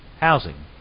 housing